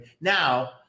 Now